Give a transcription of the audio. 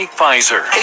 Pfizer